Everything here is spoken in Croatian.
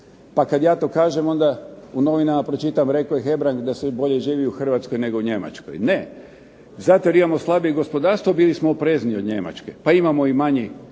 Pa kad ja to kažem onda u novinama pročitam rekao je Hebrang da se bolje živi u Hrvatskoj nego u Njemačkoj. Ne, zato jer imamo slabije gospodarstvo bili smo oprezniji od Njemačke pa imamo i manji proračunski